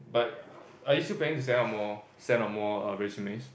but are you still planning to send out more send out more err resumes